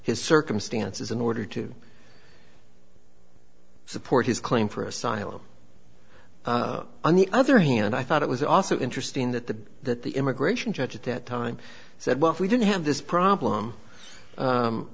his circumstances in order to support his claim for asylum on the other hand i thought it was also interesting that the that the immigration judge at that time said well if we didn't have this problem